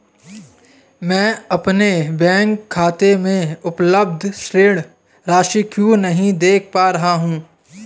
मैं अपने बैंक खाते में उपलब्ध शेष राशि क्यो नहीं देख पा रहा हूँ?